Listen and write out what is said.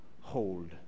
hold